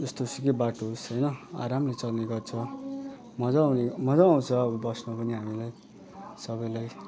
जस्तोसुकै बाटो होस् होइन आरामले चल्ने गर्छ मजा आउने मजा आउँछ अब बस्न पनि हामीलाई सबैलाई